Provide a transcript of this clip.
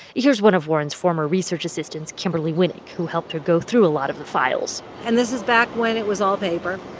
here's one of warren's former research assistants, kimberly winick, who helped her go through a lot of the files and this is back when it was all paper.